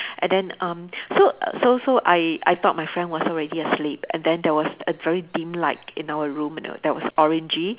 and then um so so so I I thought my friend was already asleep and then there was a very dim light in our room that was orangey